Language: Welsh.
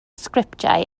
sgriptiau